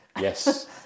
Yes